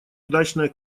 удачная